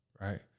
Right